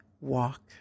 walk